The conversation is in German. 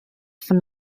von